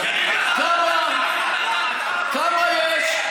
כמה יש?